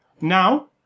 Now